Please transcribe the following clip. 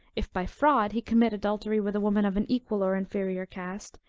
if by fraud he commit adultery with a woman of an equal or inferior cast,